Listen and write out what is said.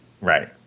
Right